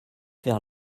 vers